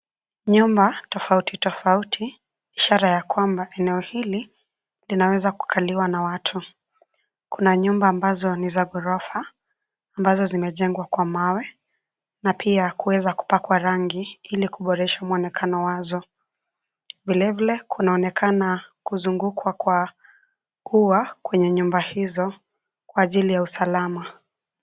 Nyumba tofauti, tofauti ishara ya kwamba eneo hili linaweza kukaliwa na watu. Kuna nyumba ambazo ni za gorofa, ambazo zimejengwa kwa mawe na pia kuweza kupakwa rangi ili kuboresha mwonekano wazo. Vile, vile kunaonekana kuzungukwa kwa ua kwenye nyumba hizo kwa ajili ya usalama.